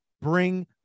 Bring